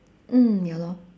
mm ya lor